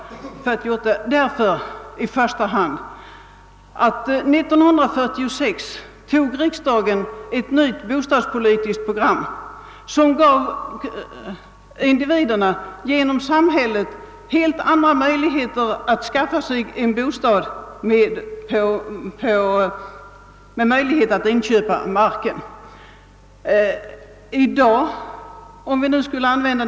Anledningen härtill är att riksdagen år 1946 antog ett nytt bostadspolitiskt program, som med samhällets hjälp gav de enskilda individerna helt andra möjligheter att skaffa sig en bostad och samtidigt inköpa marken till denna.